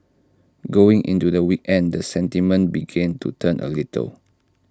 going into the weekend the sentiment began to turn A little